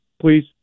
Please